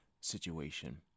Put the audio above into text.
situation